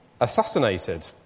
assassinated